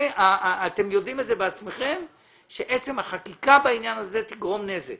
אתם יודעים את זה בעצמכם שעצם החקיקה בעניין הזה תגרום נזק